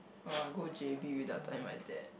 orh I go J_B without telling my dad